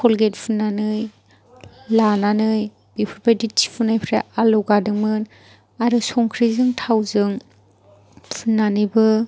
Colgate फुननानै लानानै बेफोरबायदि थिफुनायफ्रा आलौगादोंमोन आरो संख्रिजों थावजों फुननानैबो